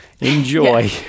Enjoy